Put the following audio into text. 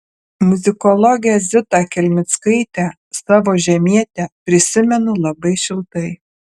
muzikologę zita kelmickaitę savo žemietę prisimenu labai šiltai